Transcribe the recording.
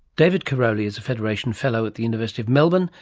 david karoly is a federation fellow at the university of melbourne.